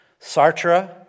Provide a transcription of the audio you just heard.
Sartre